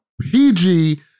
PG